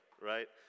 right